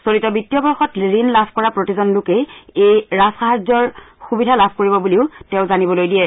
চলিত বিত্তীয় বৰ্ষত ঋণ লাভ কৰা প্ৰতিজন লোকেই এই ৰাজসাহায্যৰ সুবিধা লাভ কৰিব বুলি তেওঁ জানিবলৈ দিয়ে